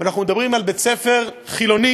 אנחנו מדברים על בית-ספר חילוני,